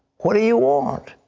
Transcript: what do you want?